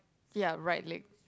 ya right leg